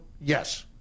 Yes